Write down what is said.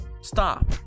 Stop